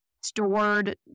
stored